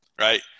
right